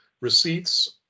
receipts